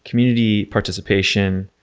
community participation,